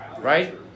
right